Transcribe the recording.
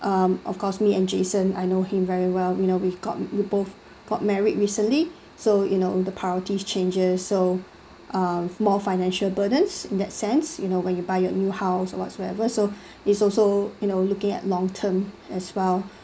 um of course me and jason I know him very well you know we've got we've both got married recently so you know the priorities changes so um more financial burdens in that sense you know when you buy a new house whatsoever so it's also you know looking at long term as well